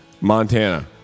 Montana